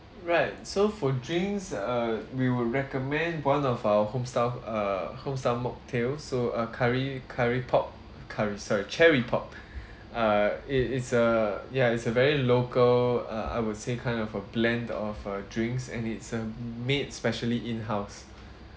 alright so for drinks err we would recommend one of our home styled uh home styled mocktails so uh curry curry pop curry sorry cherry pop uh it it's a ya it's a very local uh I would say kind of a blend of a drinks and it's uh made specially in house